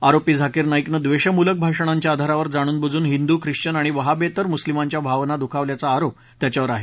आरोपी झाकीर नाईकनं द्वेषमूलक भाषणांच्या आधारावर जाणूनबुजून हिंदू ख्रिश्वन आणि वहाबेतर मुस्लीमांच्या भावना दुखावल्याचा आरोप त्याच्यावर आहे